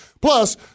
Plus